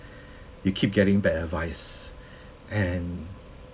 you keep getting bad advice and